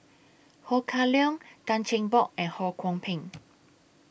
Ho Kah Leong Tan Cheng Bock and Ho Kwon Ping